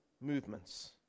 movements